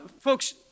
folks